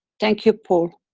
thank you paul.